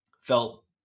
felt